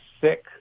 sick